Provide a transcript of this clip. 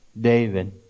David